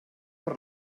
per